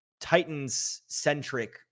Titans-centric